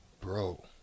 bro